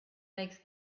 makes